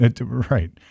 right